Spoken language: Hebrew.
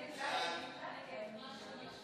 של קבוצת סיעת הליכוד, קבוצת סיעת